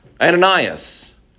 Ananias